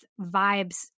vibes